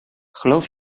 geloof